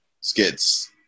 skits